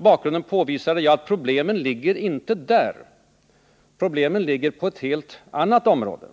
bakgrunden påvisade jag att problemen inte ligger där. Problemen ligger på ett helt annat område.